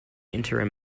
interim